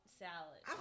salad